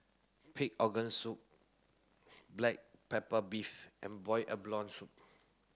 pig organ soup black pepper beef and boiled abalone soup